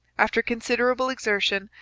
after considerable exertion,